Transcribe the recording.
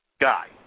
guy